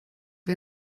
wir